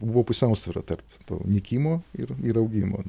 buvo pusiausvyrą tarp to nykimo ir ir augimo